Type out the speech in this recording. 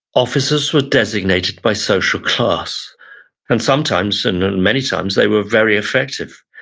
officers were designated by social class and sometimes and many times they were very effective.